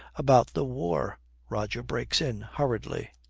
about the war roger breaks in hurriedly.